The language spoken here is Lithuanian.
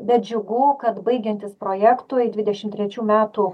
bet džiugu kad baigiantis projektui dvidešimt trečių metų